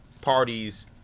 parties